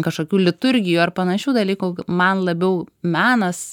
kažkokių liturgijų ar panašių dalykų man labiau menas